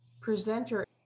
presenter